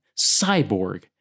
Cyborg